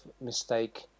mistake